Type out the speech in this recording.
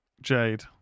Jade